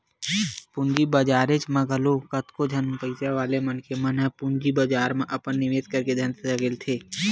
पूंजी बजारेच म घलो कतको झन पइसा वाले मनखे मन ह पूंजी बजार म अपन निवेस करके धन सकेलथे